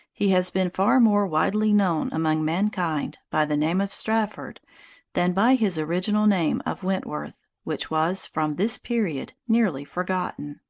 he has been far more widely known among mankind by the name of strafford than by his original name of wentworth, which was, from this period, nearly forgotten.